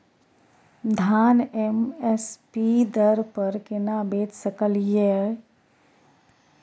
धान M S P दर पर केना बेच सकलियै?